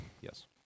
yes